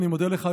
אני מודה לך,